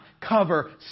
cover